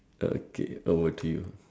okay over to you